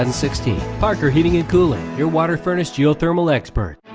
and sixteen. parker heating and cooling, your water furnished geothermal expert.